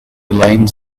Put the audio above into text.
lanes